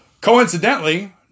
Coincidentally